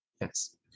Yes